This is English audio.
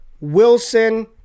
Wilson